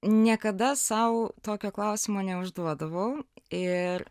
niekada sau tokio klausimo neužduodavau ir